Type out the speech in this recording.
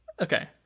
okay